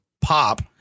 pop